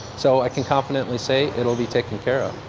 so i can confidently say it'll be taken care of.